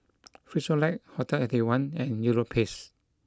Frisolac Hotel Eighty One and Europace